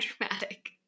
dramatic